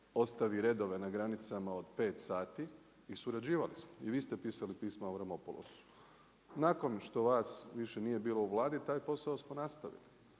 ostavi redove na granicama od pet sati i surađivati. I vi ste pisali pisma Avramopoulosu. Nakon što vas nije više bilo u Vladi taj posao smo nastavili.